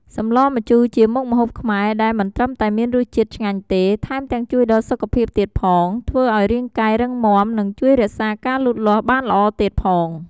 សម្លម្ជូរជាមុខម្ហូបខ្មែរ ដែលមិនត្រឹមតែមានរសជាតិឆ្ងាញ់ទេ ថែមទាំងជួយដល់សុខភាពទៀតផងធ្វើឱ្យរាងកាយរឹងមាំនិងជួយរក្សាការលូតលាស់បានល្អទៀតផង។